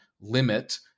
limit